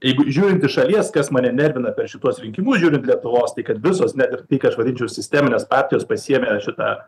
jeigu žiūrint iš šalies kas mane nervina per šituos rinkimus žiūrint lietuvos tai kad visos net ir tai ką aš vadinčiau sisteminės partijos pasiėmė šitą